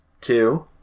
two